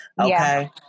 okay